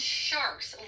sharks